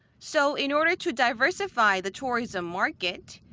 so in order to diversify the tourism market,